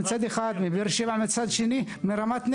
מבאר שבע ומרמת נגב.